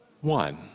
one